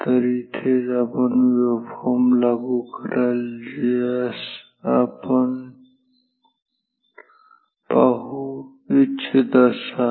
तर इथेच आपण वेव्हफॉर्म लागू कराल ज्यास आपण ठीक पाहू इच्छित आहात